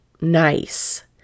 nice